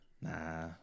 Nah